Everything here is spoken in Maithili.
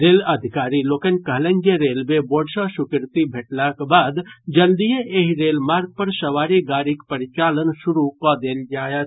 रेल अधिकारी लोकनि कहलनि जे रेलवे बोर्ड सॅ स्वीकृति भेटलाक बाद जल्दीए एहि रेल मार्ग पर सवारी गाड़ीक परिचालन शुरू कऽ देल जायत